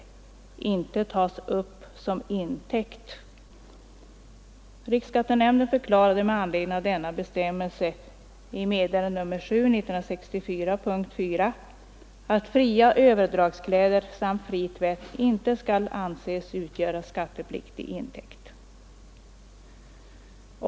Riksskattenämnden förklarade år 1967 med anledning av denna bestämmelse i meddelande nr 7 p. 4 att fria överdragskläder samt fri tvätt därav inte skall anses utgöra skattepliktig intäkt.